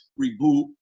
reboot